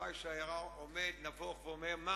הגבאי של העיירה עומד נבוך ואומר: מה